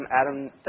Adam